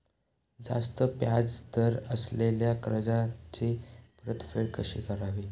जास्त व्याज दर असलेल्या कर्जाची परतफेड कशी करावी?